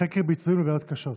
חקר ביצועים ובעיות קשות.